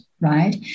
Right